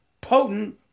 potent